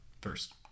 first